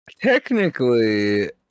Technically